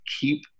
keep